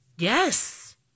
Yes